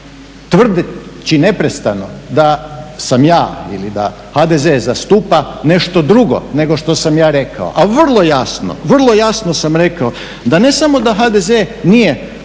tvrdeći neprestano da sam ja ili da HDZ zastupa nešto drugo nego što sam ja rekao, a vrlo jasno sam rekao da ne samo da HDZ nije protiv